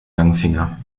langfinger